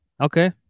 Okay